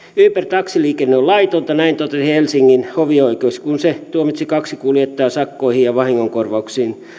taksiliikenne on laitonta näin totesi helsingin hovioikeus kun se tuomitsi kaksi kuljettajaa sakkoihin ja vahingonkorvauksiin